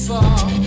Fall